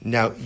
Now